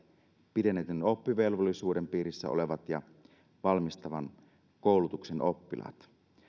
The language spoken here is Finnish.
pidennetyn oppivelvollisuuden piirissä olevat ja valmistavan koulutuksen oppilaat